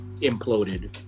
imploded